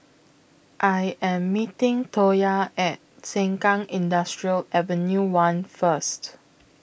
I Am meeting Toya At Sengkang Industrial Avenue one First